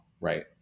right